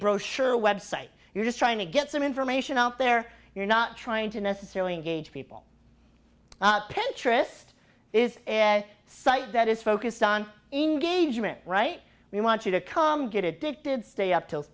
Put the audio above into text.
brochure website you're just trying to get some information out there you're not trying to necessarily engage people pinterest is a site that is focused on engagement right we want you to come get addicted stay up til